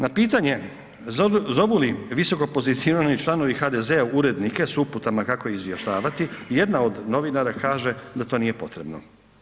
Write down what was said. Na pitanje zovu li visokopozicionirani članovi HDZ-a urednike s uputama kako izvještavati, jedna od novinara kaže da to nije potrebno.